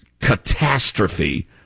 catastrophe